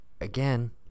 again